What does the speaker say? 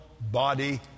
body